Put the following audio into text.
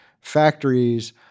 factories